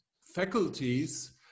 faculties